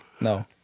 No